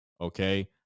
Okay